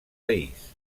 país